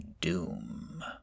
doom